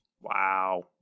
Wow